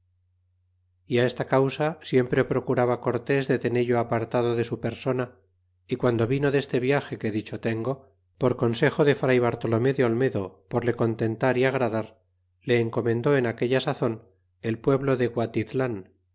y á esta causa siempre procuraba cortés de tenello apartado de su persona y guando vino deste viage que dicho tengo por consejo de fray bartolomé de olmedo por le contentar y agradar le encomendé en aquella sazon el pueblo de